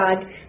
God